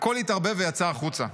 "הכול התערבב ויצא החוצה.